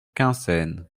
quinssaines